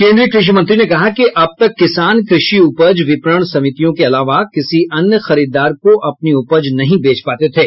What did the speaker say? केन्द्रीय कृषि मंत्री ने कहा कि अब तक किसान कृषि उपज विपणन समितियों के अलावा किसी अन्य खरीदार को अपनी उपज नहीं बेच पाते थे